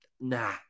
nah